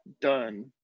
done